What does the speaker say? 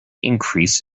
increase